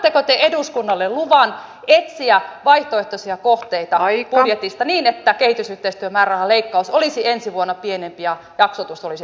annatteko te eduskunnalle luvan etsiä vaihtoehtoisia kohteita budjetista niin että kehitysyhteistyömäärärahaleikkaus olisi ensi vuonna pienempi ja jaksotus olisi toisenlainen